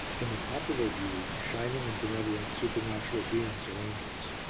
in the popular view shining and benevolent supernatural beings are angels,